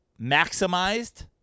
maximized